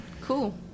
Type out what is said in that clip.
cool